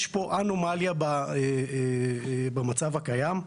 יש פה אנומליה במצב הקיים.